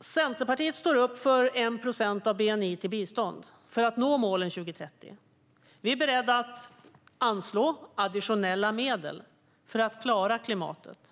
Centerpartiet står upp för att 1 procent av bni ska gå till bistånd för att nå målen till 2030. Vi är beredda att anslå additionella medel för att klara klimatet.